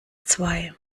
zwei